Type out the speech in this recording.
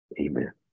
Amen